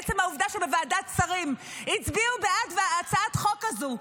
עצם העובדה שבוועדת שרים הצביעו בעד הצעת חוק כזו,